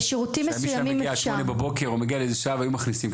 בן אדם מגיע בשמונה בבוקר ובעבר היו מכניסים.